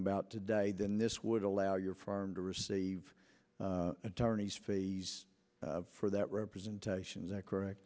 about today then this would allow your farm to receive attorney's fees for that representation is that correct